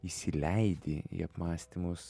įsileidi į apmąstymus